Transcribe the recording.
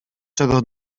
czego